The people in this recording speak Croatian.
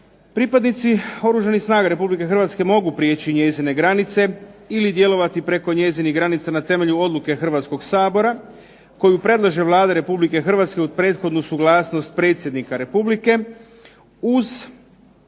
Pripadnici Oružanih snaga Republike Hrvatske mogu prijeći njezine granice ili djelovati preko njezinih granica na temelju odluke Hrvatskog sabora koju predlaže Vlada Republike Hrvatske uz prethodnu suglasno predsjednika Republike pod